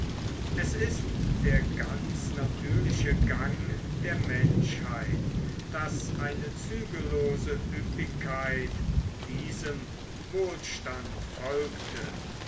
es ist der ganz natürliche gang der menschheit daß eine zügellose ueppigkeit diesem wohlstand folgte